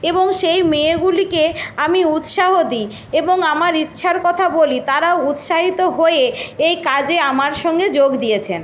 এবং সেই মেয়েগুলিকে আমি উৎসাহ দিই এবং আমার ইচ্ছার কথা বলি তারাও উৎসাহিত হয়ে এই কাজে আমার সঙ্গে যোগ দিয়েছেন